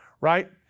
Right